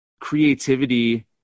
creativity